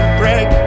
break